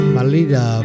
Malida